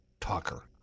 talker